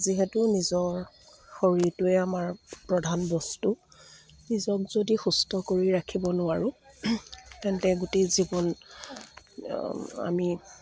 যিহেতু নিজৰ শৰীৰটোৱে আমাৰ প্ৰধান বস্তু নিজক যদি সুস্থ কৰি ৰাখিব নোৱাৰো তেন্তে গোটেই জীৱন আমি